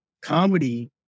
comedy